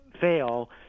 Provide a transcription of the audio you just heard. fail